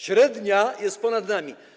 Średnia jest ponad nami.